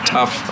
Tough